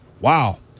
Wow